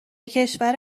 کشور